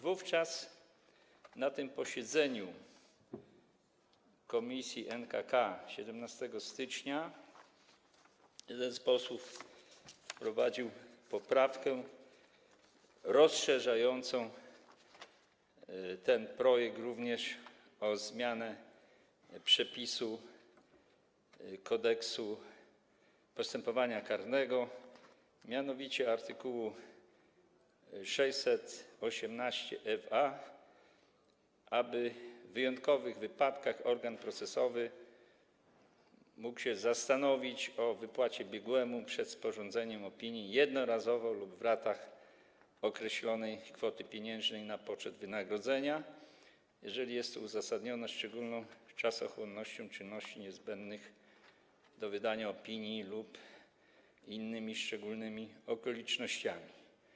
Wówczas na tym posiedzeniu komisji NKK 17 stycznia jeden z posłów wprowadził poprawkę rozszerzającą ten projekt o zmianę przepisu Kodeksu postępowania karnego, mianowicie art. 618fa, aby w wyjątkowych wypadkach organ procesowy mógł postanowić o wypłacie biegłemu przed sporządzeniem opinii, jednorazowo lub w ratach, określonej kwoty pieniężnej na poczet wynagrodzenia, jeżeli jest to uzasadnione szczególną czasochłonnością czynności niezbędnych do wydania opinii lub innymi szczególnymi okolicznościami.